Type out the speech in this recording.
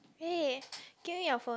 eh give me your phone